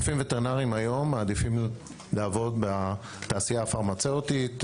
רופאים וטרינרים מעדיפים לעבוד בתעשייה הפרמצבטית,